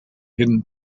hidden